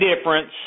difference